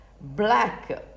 black